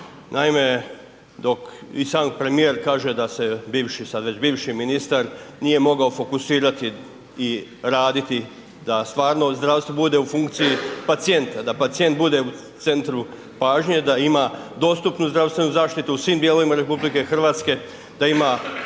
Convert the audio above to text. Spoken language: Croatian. Naime dok, i sam premijer kaže da se, bivši, sad već bivši ministar nije mogao fokusirati i raditi da stvarno zdravstvo bude u funkciji pacijenta, da pacijent bude u centru pažnje, da ima dostupnu zdravstvenu zaštitu u svim dijelovima RH, da ima